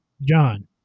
John